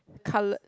coloured